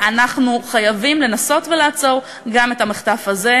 אנחנו חייבים לנסות לעצור גם את המחטף הזה,